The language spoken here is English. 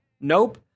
Nope